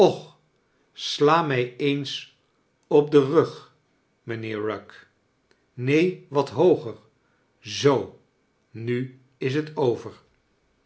sla mij eens op den rug mijnheer rugg neen wat hooger zoo nu is j t over